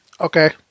okay